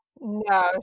No